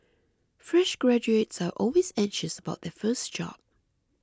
fresh graduates are always anxious about their first job